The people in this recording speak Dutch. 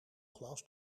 glas